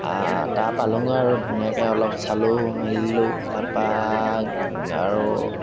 তাৰ পালোঁগৈ আৰু ধুনীয়াকৈ অলপ চালো মেলিলোঁ তাৰ পৰা আৰু